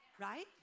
Right